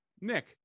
Nick